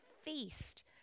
feast